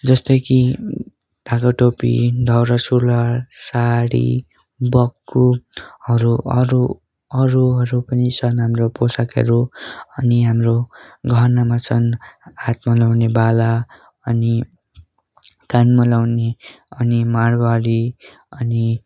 जस्तै कि ढाका टोपी दौरा सुरुवाल साडी बक्खुहरू अरू अरूहरू पनि छन् हाम्रो पोसाकहरू अनि हाम्रो गहनामा छन् हातमा लाउने बाला अनि कानमा लाउने अनि माड्वारी अनि